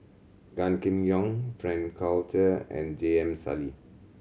Gan Kim Yong Frank Cloutier and J M Sali